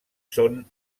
són